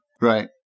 Right